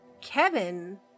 Kevin